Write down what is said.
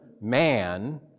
man